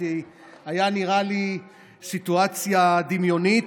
זו נראתה לי סיטואציה דמיונית,